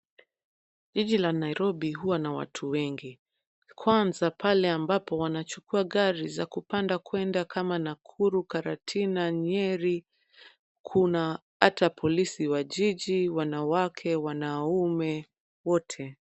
Jiji la Nairobi huwa na watu wengi. Kwanza pale ambapo wanachukua gari za kupanda kuenda kama Nakuru, Karatina na Nyeri. Kuna hata polisi wa jiji wanawake, wanaume wote.